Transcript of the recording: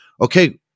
Okay